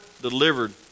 delivered